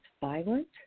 violent